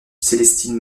célestine